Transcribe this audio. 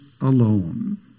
alone